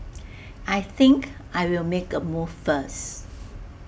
I think I'll make A move first